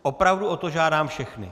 Opravdu o to žádám všechny.